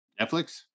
netflix